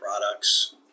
products